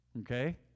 Okay